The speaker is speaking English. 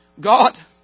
God